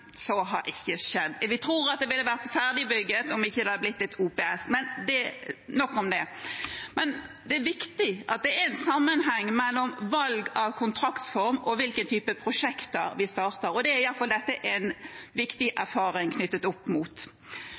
så har ikke skjedd. Vi tror at det ville vært ferdigbygd om det ikke hadde blitt et OPS – men nok om det. Men det er viktig at det er en sammenheng mellom valg av kontraktsform og hvilke typer prosjekter vi starter, og det er i alle fall dette en viktig erfaring knyttet opp mot.